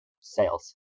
sales